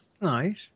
nice